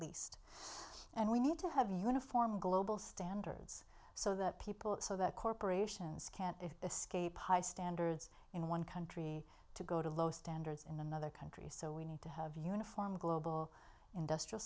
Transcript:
least and we need to have uniform global standards so that people so that corporations can't escape high standards in one country to go to low standards in another country so we need to have uniform global industrial